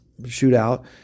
shootout